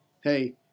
hey